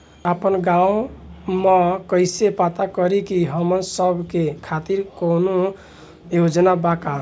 आपन गाँव म कइसे पता करि की हमन सब के खातिर कौनो योजना बा का?